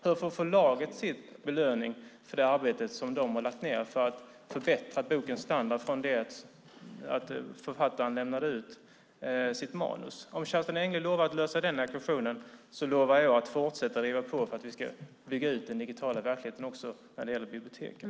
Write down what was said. Hur får förlaget sin belöning för det arbete som det lagt ned för att förbättra bokens standard från det att författaren lämnade in sitt manus? Om Kerstin Engle lovar att lösa den ekvationen lovar jag att fortsätta att driva på för att vi ska bygga ut den digitala verkligheten även när det gäller biblioteken.